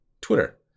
Twitter